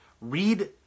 Read